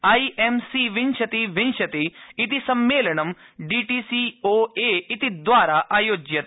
IMC विंशतिः विंशतिः इति सम्मेलनं डीटीसीओए इति द्वारा आयोज्यते